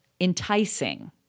enticing